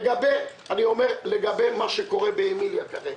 לגבי מה שקורה באמיליה כרגע,